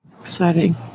exciting